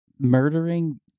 murdering